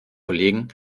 kollegen